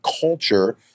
culture